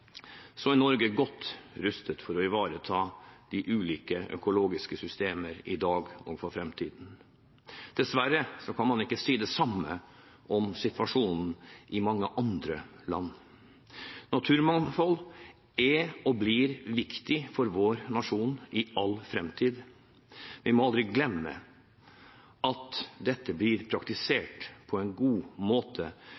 er Norge godt rustet for å ivareta de ulike økologiske systemer i dag og for framtiden. Dessverre kan man ikke si det samme om situasjonen i mange andre land. Naturmangfold er og blir viktig for vår nasjon i all framtid. Vi må aldri glemme at dette blir